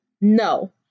No